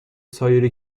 سایر